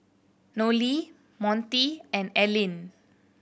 Nolie Montie and Ellyn